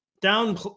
down